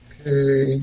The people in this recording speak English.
Okay